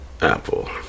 Apple